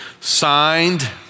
signed